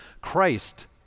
Christ